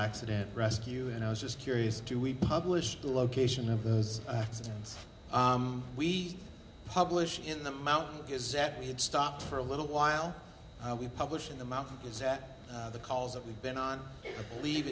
accident rescue and i was just curious do we publish the location of those accidents we publish in the mountain his that we had stopped for a little while we published in the mountain is that the calls that we've been on